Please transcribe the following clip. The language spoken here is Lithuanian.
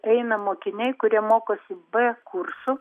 eina mokiniai kurie mokosi b kursu